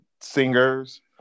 singers